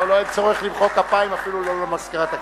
לא, אין צורך למחוא כפיים אפילו לא למזכירת הכנסת.